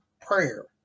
prayer